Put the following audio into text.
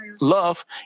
love